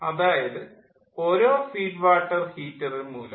അതായത് ഓരോ feed water ഹീറ്ററും മൂലം